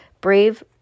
brave